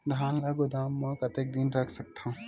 धान ल गोदाम म कतेक दिन रख सकथव?